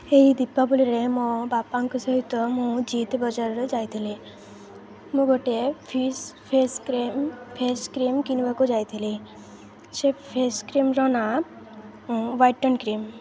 ଏହି ଦୀପାବଳିରେ ମୋ ବାପାଙ୍କ ସହିତ ମୁଁ ଜିତ୍ ବଜାରରେ ଯାଇଥିଲି ମୁଁ ଗୋଟେ ଫିସ୍ ଫେସ୍ କ୍ରିମ୍ ଫେସ୍ କ୍ରିମ୍ କିଣିବାକୁ ଯାଇଥିଲି ସେ ଫେସ୍ କ୍ରିମ୍ର ନାଁ ୱାଇଟନ୍ କ୍ରିମ୍